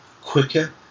quicker